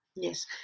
Yes